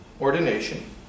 ordination